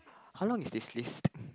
how long is this list